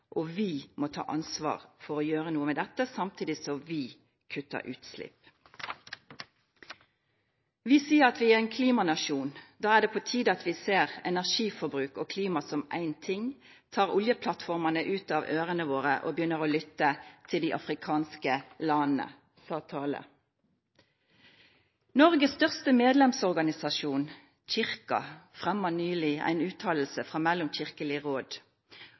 og at vi må ta ansvar for å gjøre noe med dette samtidig som vi kutter utslipp. Vi sier vi er en klimanasjon. Da er det på tide at vi ser energiforbruk og klima som én ting, tar oljeplattformene ut av ørene våre og begynner å lytte til de afrikanske landene», skreiv Tale. Noregs største medlemsorganisasjon, Kyrkja, fremja nyleg ei uttale frå Mellomkirkelig råd.